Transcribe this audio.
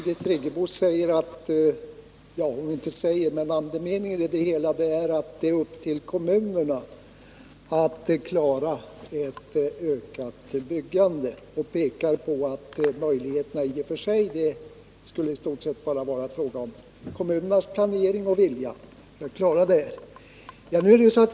Herr talman! Andemeningen i Birgit Friggebos resonemang var att det är upp till kommunerna att klara ett ökat byggande. Hon pekade på de möjligheter som finns och sade att det i stort sett bara var fråga om kommunernas planering för och vilja att klara detta byggande.